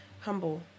humble